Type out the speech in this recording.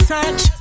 Search